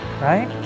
right